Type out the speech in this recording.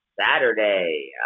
Saturday